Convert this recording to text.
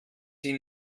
sie